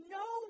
no